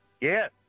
Yes